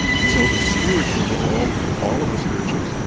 and so, the spirituals were all all of the spirituals,